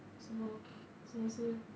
so so 是